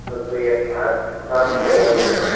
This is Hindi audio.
तब तो ये अपनी हालत बिल्कुल खराब कर लेगा रो रो के